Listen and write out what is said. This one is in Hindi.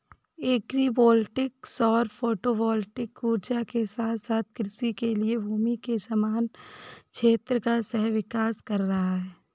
एग्री वोल्टिक सौर फोटोवोल्टिक ऊर्जा के साथ साथ कृषि के लिए भूमि के समान क्षेत्र का सह विकास कर रहा है